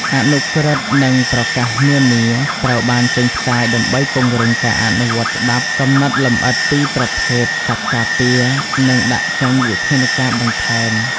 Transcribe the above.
អនុក្រឹត្យ និងប្រកាសនានា ត្រូវបានចេញផ្សាយដើម្បីពង្រឹងការអនុវត្តច្បាប់ កំណត់លម្អិតពីប្រភេទសត្វការពារ និងដាក់ចេញវិធានការបន្ថែម។